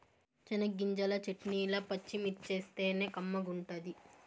చెనగ్గింజల చెట్నీల పచ్చిమిర్చేస్తేనే కమ్మగుంటది